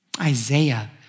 Isaiah